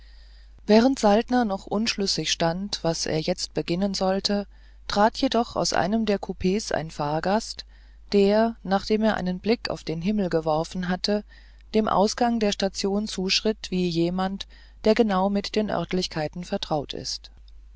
während saltner noch unschlüssig stand was er jetzt beginnen solle trat jedoch aus einem der coups ein fahrgast der nachdem er einen blick auf den himmel geworfen hatte dem ausgang der station zuschritt wie jemand der genau mit der örtlichkeit vertraut ist